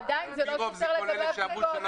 ועדיין זה לא סותר לגבי הבדיקות.